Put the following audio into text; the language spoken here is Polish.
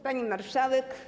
Pani Marszałek!